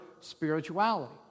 spirituality